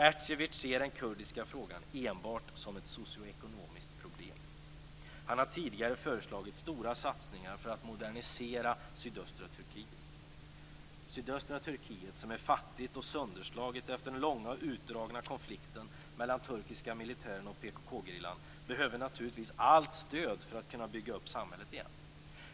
Ecevit ser den kurdiska frågan enbart som ett socio-ekonomiskt problem. Han har tidigare föreslagit stora satsningar för att modernisera sydöstra Turkiet. Sydöstra Turkiet är fattigt och sönderslaget efter den långa och utdragna konflikten mellan den turkiska militären och PKK-gerillan och behöver naturligtvis allt stöd för att kunna bygga upp samhället igen.